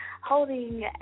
holding